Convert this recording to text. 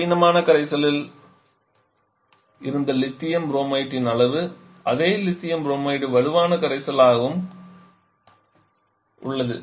பலவீனமான கரைசலில் இருந்த லித்தியம் புரோமைட்டின் அளவு அதே லித்தியம் புரோமைடு வலுவான கரைசலாகவும் உள்ளது